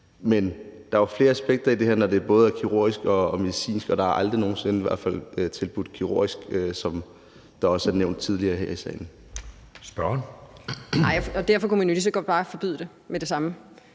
Men der er jo flere aspekter i det her, når det både er kirurgisk og medicinsk, og der er i hvert fald aldrig nogen sinde tilbudt kirurgisk behandling, som det også er nævnt tidligere her i salen.